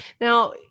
Now